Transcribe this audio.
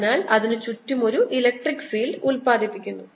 അതിനാൽ അതിനുചുറ്റും ഒരു ഇലക്ട്രിക് ഫീൽഡ് ഉത്പാദിപ്പിക്കുന്നു